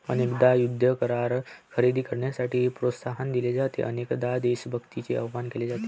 अनेकदा युद्ध करार खरेदी करण्यासाठी प्रोत्साहन दिले जाते, अनेकदा देशभक्तीचे आवाहन केले जाते